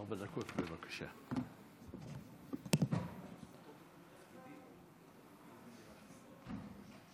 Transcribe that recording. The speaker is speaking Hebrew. כי אין מילה אחרת,